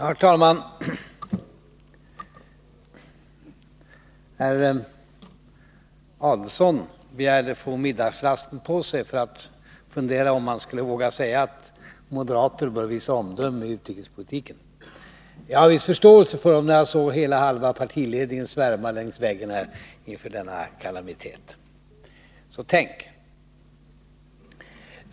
Herr talman! Herr Adelsohn begärde att få middagsrasten på sig för att fundera över om han skulle våga säga att moderater bör visa omdöme i utrikespolitiken. Jag har en viss förståelse för det när jag ser halva partiledningen svärma längs väggen här inför denna kalamitet. Så tänk!